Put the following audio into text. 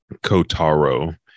kotaro